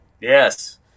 Yes